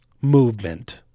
movement